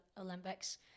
Olympics